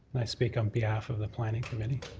i speak on behalf of the planning committee.